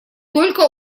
только